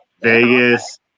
Vegas